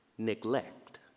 Neglect